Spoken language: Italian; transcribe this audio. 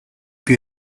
più